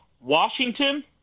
Washington